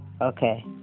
Okay